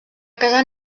casar